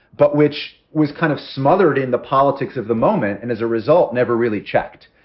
but which was kind of smothered in the politics of the moment and as a result, never really checked.